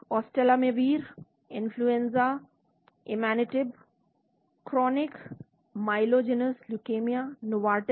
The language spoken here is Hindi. oseltamivir influenza imatinib chronic myelogenous leukaemia Novartis